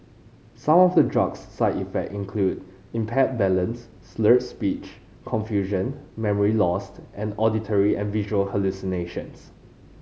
some of the drug's side effect include impaired balance slurred speech confusion memory lost and auditory and visual hallucinations